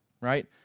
right